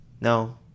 No